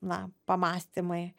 na pamąstymai